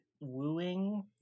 Wooing